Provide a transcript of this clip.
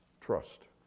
trust